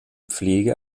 pflege